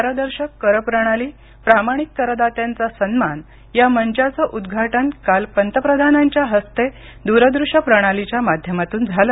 पारदर्शक करप्रणाली प्रामाणिक करदात्यांचा सन्मान या मंचाचं उद्घाटन काल पंतप्रधानांच्या हस्ते द्रदृष्य प्रणालीच्या माध्यमातून झालं